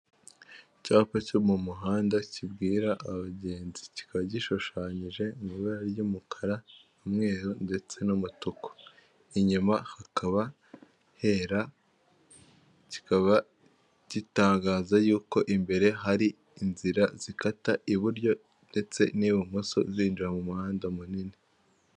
Icyapa cyo mu muhanda kibwira abagenzi, kikaba gishushanyije mu ibara ry'umukara, umweru ndetse n'umutuku. Inyuma hakaba hera kikaba gitangaza y'uko imbere hari inzira zikata iburyo ndetse n'ibumoso zinjira mu muhanda munini.